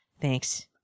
Thanks